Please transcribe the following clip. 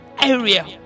area